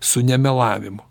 su nemelavimu